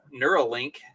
Neuralink